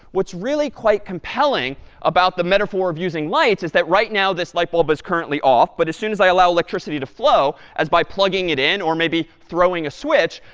what's really quite compelling about the metaphor of using lights is that right now, this light bulb is currently off, but as soon as i allow electricity to flow as by plugging it in or maybe throwing a switch,